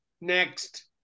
next